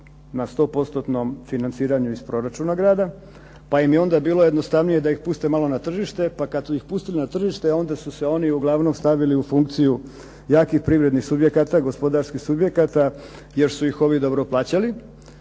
na 100%-om financiranju iz proračuna grada, pa im je onda bilo jednostavnije da ih puste malo na tržište. Pa kada su ih pustili na tržište, onda su se oni uglavnom stavili u funkciju jakih privrednih subjekata, gospodarskih subjekata, jer su ih ovi dobro plaćali.